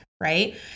Right